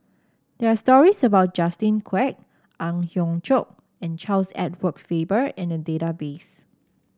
there are stories about Justin Quek Ang Hiong Chiok and Charles Edward Faber in the database